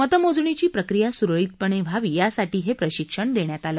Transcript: मतमोजणीची प्रक्रिया सुरळितपणे व्हावी यासाठी हे प्रशिक्षण देण्यात आलं